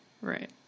Right